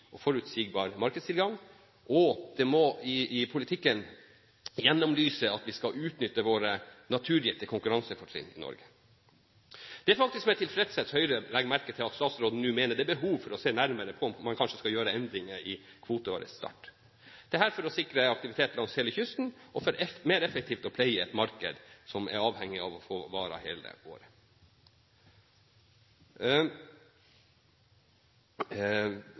og forutsigbar markedstilgang. Politikken må gjennomlyses av at vi skal utnytte våre naturgitte konkurransefortrinn i Norge. Det er faktisk med tilfredshet Høyre legger merke til at statsråden nå mener det er behov for å se nærmere på om man kanskje skal gjøre endringer i kvoteårets start – dette for å sikre aktivitet langs hele kysten, og for mer effektivt å pleie et marked som er avhengig av å få varer hele året.